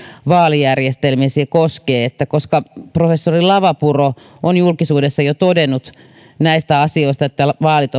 vaalijärjestelmiä se koskee koska professori lavapuro on julkisuudessa jo todennut näistä asioista että vaalit